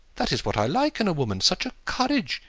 that is what i like in a woman. such a courage!